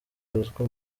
bosco